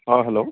अ hello